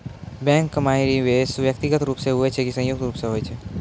Bank माई निवेश व्यक्तिगत रूप से हुए छै की संयुक्त रूप से होय छै?